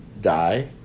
die